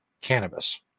Cannabis